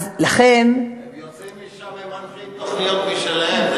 הם יוצאים משם ומנחים תוכניות משלהם.